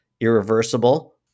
Irreversible